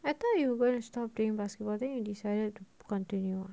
I thought you were going to stop playing basketball then you decided to continue ah